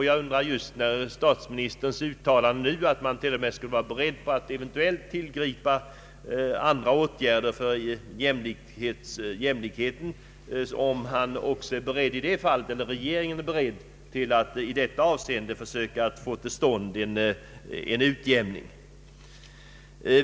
Jag undrar just, mot bakgrunden av statsministerns aktuella uttalande att man till och med skulle vara beredd att eventuellt tillgripa andra åtgärder för att främja jämlikheten, om regeringen också i det här avseendet är redo att söka få till stånd en utjämning.